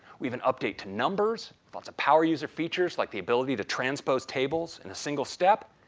we have an update to numbers, lots of power user features like the ability to transpose tables in a single step.